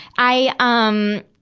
i, um,